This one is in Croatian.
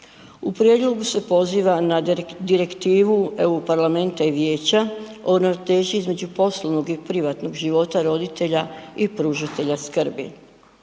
U prijedlogu se poziva na Direktivu EU parlamenta i vijeća o ravnoteži između poslovnog i privatnog života roditelja i pružatelja skrbi.